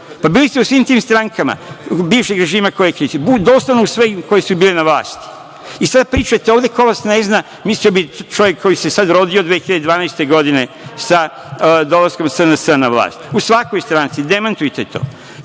pa bili ste u svim tim strankama bivšeg režima koje kritikujete, doslovno sve koje su bile na vlasti. Sada pričate ovde, ko vas ne zna, mislio bi čovek koji se sada rodio 2012. godine sa dolaskom SNS na vlast. U svakoj stranci, demantujte to. Što